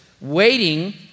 waiting